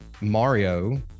Mario